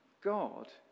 God